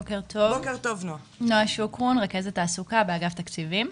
בוקר טוב, נועה שוקרון רכזת תעסוקה באגף תקציבים.